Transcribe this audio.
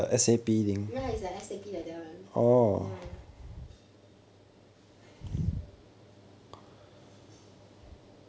ya is like S_A_P like that [one]